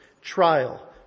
trial